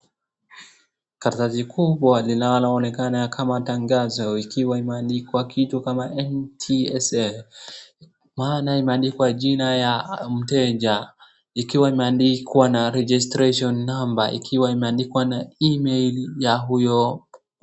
karatasi kubwa linaloonekana kama tangazo ikiwa imeandikwa kitu kama NTSA maana imeandikwa jina ya mteja ikiwa imeandikwa na regisration number ikiwa imeandikwa na email ya huyo mtu